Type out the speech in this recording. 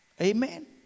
Amen